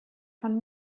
von